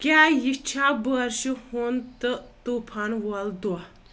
کیاہ یِہ چھا بٲرشہِ ہُند تہٕ طوفان وۄل دۄہ ؟